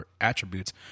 attributes